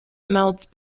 melts